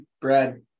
Brad